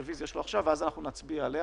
כי אין זמן.